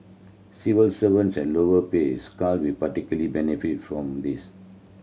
civil servants at lower pay scale will particularly benefit from this